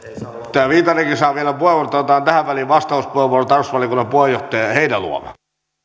täällä viitanenkin saa vielä puheenvuoron mutta otetaan tähän väliin vastauspuheenvuoro tarkastusvaliokunnan puheenjohtaja heinäluoma